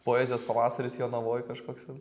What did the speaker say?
poezijos pavasaris jonavoj kažkoks ten